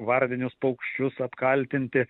varninius paukščius apkaltinti